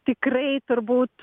tikrai turbūt